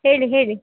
ಹೇಳಿ ಹೇಳಿ